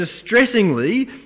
distressingly